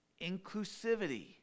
inclusivity